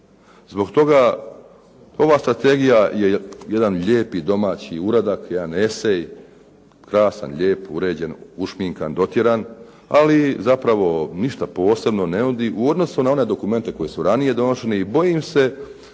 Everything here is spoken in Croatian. Zbog toga ova strategija je jedan lijepi domaći uradak, jedan esej, krasan, lijep, uređen, ušminkan, dotjeran, ali zapravo ništa posebno ne nudi u odnosu na one dokumente koji su ranije doneseni. I bojim se